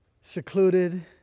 secluded